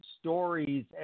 stories